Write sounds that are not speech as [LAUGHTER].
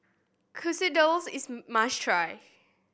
quesadillas is [UNINTELLIGIBLE] must try